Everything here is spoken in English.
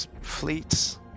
Fleets